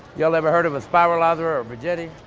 y'all ever heard of a spiralizer or veggetti?